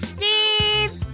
Steve